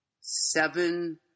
seven